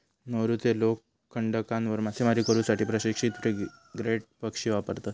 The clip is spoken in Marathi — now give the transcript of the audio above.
नौरूचे लोक खडकांवर मासेमारी करू साठी प्रशिक्षित फ्रिगेट पक्षी वापरतत